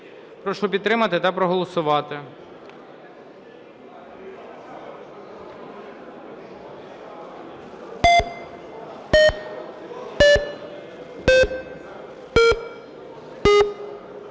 Прошу підтримати та проголосувати.